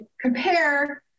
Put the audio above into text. compare